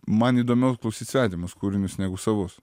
man įdomiau klausyt svetimus kūrinius negu savus